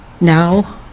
Now